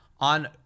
on